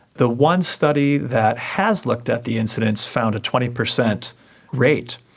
the one study that has looked at the incidence found a twenty percent rate.